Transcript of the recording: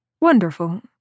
wonderful